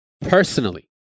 personally